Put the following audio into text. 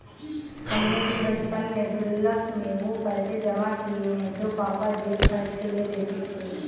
हमने भी बचपन में गुल्लक में वो पैसे जमा किये हैं जो पापा जेब खर्च के लिए देते थे